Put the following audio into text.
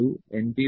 L